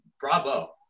bravo